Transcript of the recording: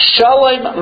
Shalom